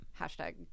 hashtag